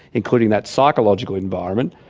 including that psychological environment,